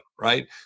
right